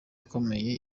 ikomeye